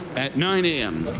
at nine a m.